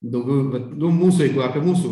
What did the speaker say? daugiau vat nu mūsų jeigu apie mūsų